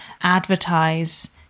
advertise